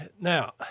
Now